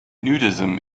nudism